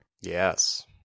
Yes